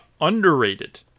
underrated